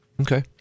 Okay